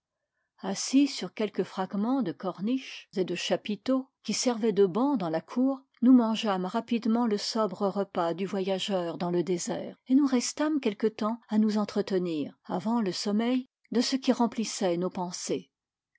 assis sur quelques fragmens de corniches et de chapiteaux qui servaient de bancs clans la cour nous mangeâmes rapidement le sobre repas du voyageur dans le désert et nous restâmes quelque temps à nous entretenir avant le sommeil de ce qui remplissait nos pensées